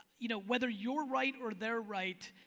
you know, whether you're right or they're right,